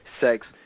sex